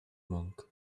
monk